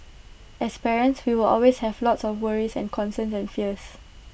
as parents we will always have lots of worries and concerns and fears